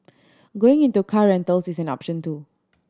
going into car rentals is an option too